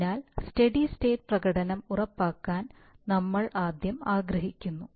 അതിനാൽ steady state പ്രകടനം ഉറപ്പാക്കാൻ നമ്മൾ ആദ്യം ആഗ്രഹിക്കുന്നു